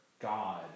God